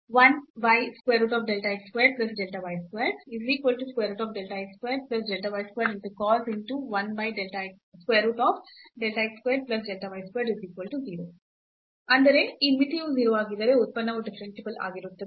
ಅಂದರೆ ಈ ಮಿತಿಯು 0 ಆಗಿದ್ದರೆ ಉತ್ಪನ್ನವು ಡಿಫರೆನ್ಸಿಬಲ್ ಆಗಿರುತ್ತದೆ